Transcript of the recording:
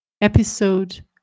Episode